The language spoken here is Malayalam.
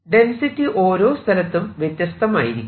ഡെൻസിറ്റി ഓരോ സ്ഥലത്തും വ്യത്യസ്തമായിരിക്കും